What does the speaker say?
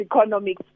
economic